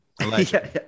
Allegedly